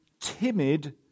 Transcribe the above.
timid